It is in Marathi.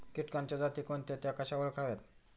किटकांच्या जाती कोणत्या? त्या कशा ओळखाव्यात?